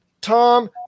Tom